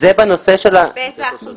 באיזה אחוזים?